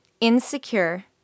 insecure